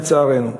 לצערנו.